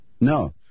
No